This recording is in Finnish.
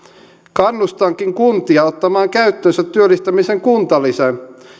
kannustankin kuntia ottamaan käyttöönsä työllistämisen kuntalisän